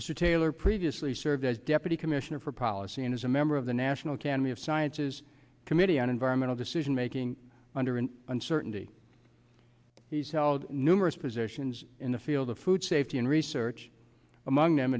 mr taylor previously served as deputy commissioner for policy and is a member of the national academy of sciences committee on environmental decision making under an uncertainty he's held numerous positions in the field of food safety and research among them